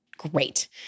great